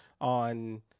on